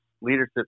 leadership